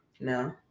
no